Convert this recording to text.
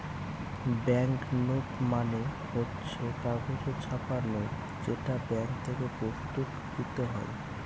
bank note মানে হচ্ছে কাগজে ছাপা নোট যেটা ব্যাঙ্ক থেকে প্রস্তুত কৃত হয়